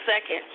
second